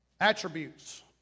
Attributes